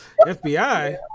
FBI